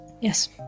Yes